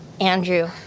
Andrew